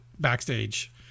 backstage